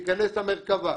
שייכנס למרכב"ה.